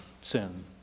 sin